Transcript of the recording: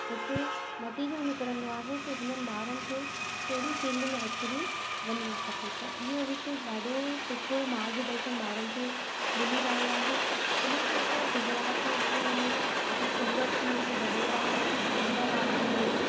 हिकु नतीजो निकिरींदो आहे की हिननि ॿारनि खे कहिड़ा फील्ड में एक्चुअली वञिणो खपे त इहो हिकु ॾाढो सुठो मार्ग दर्शन ॿारनि खे मिली रहियो आहे इनखां पोइ गुजरात में ॾिठो वञे त सूरत में बड़ौदा में अहमदाबाद में